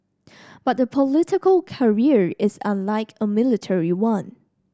but a political career is unlike a military one